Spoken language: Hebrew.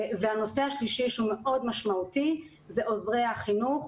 הנושא השלישי שהוא מאוד משמעותי זה עוזרי החינוך,